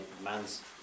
man's